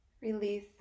release